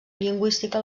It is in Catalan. lingüística